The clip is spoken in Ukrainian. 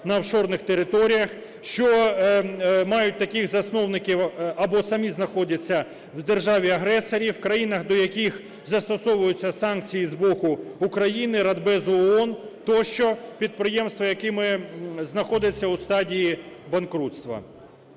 на офшорних територіях, що мають таких засновників або самі знаходяться в державі-агресорі, в країнах, до яких застосовуються санкції з боку України, Радбезу ООН, тощо, підприємства, які знаходиться у стадії банкрутства.